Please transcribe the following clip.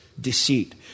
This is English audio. deceit